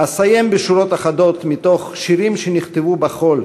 אסיים בשורות אחדות מתוך "שירים שנכתבו בחול",